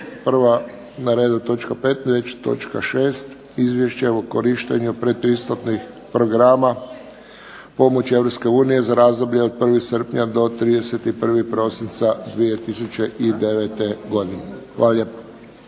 5. već točka 6. Izvješće o korištenju predpristupnih programa pomoći Europske unije za razdoblje od 1. srpnja do 31. prosinca 2009. godine. Hvala